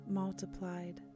multiplied